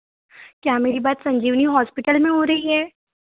क्या मेरी बात संजीवनी हॉस्पिटल में हो रही है